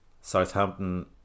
Southampton